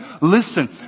Listen